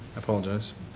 apologize,